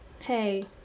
hey